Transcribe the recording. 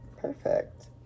Perfect